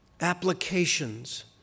applications